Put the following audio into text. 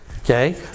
okay